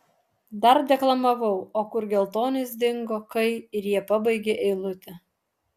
dar deklamavau o kur geltonis dingo kai ir jie pabaigė eilutę